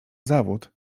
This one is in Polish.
zawód